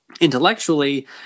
intellectually